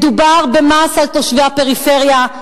מדובר במס על תושבי הפריפריה.